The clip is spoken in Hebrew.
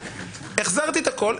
החזרתי את הכול,